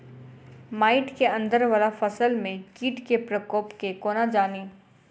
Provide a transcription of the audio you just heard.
माटि केँ अंदर वला फसल मे कीट केँ प्रकोप केँ कोना जानि?